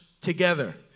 together